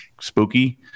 spooky